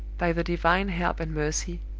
by the divine help and mercy,